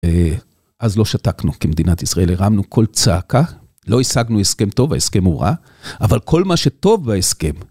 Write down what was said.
אז לא שתקנו כמדינת ישראל, הרמנו קול צעקה, לא השגנו הסכם טוב, ההסכם הוא רע, אבל כל מה שטוב בהסכם...